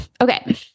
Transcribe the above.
Okay